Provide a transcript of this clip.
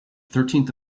thirteenth